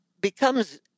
becomes